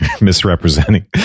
misrepresenting